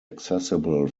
accessible